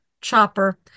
chopper